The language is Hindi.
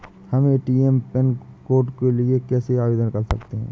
हम ए.टी.एम पिन कोड के लिए कैसे आवेदन कर सकते हैं?